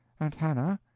aunt hannah?